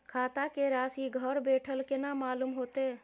खाता के राशि घर बेठल केना मालूम होते?